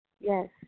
Yes